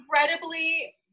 incredibly